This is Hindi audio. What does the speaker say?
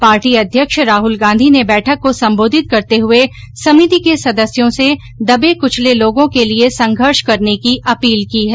पार्टी अध्यक्ष राहल गांधी ने बैठक को संबोधित करते हुए समिति के सदस्यों से दबे कुचले लोगों के लिए संघर्ष करने की अपील की है